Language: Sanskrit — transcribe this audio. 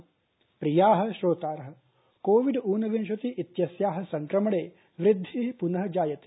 कोविड सन्देश प्रिया श्रोतारःकोविड ऊनविंशति इत्यस्याःसंक्रमणेवृद्धिः पुनःजायते